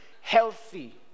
healthy